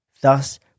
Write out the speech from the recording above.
thus